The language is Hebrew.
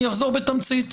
אני אחזור בתמצית.